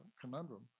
conundrum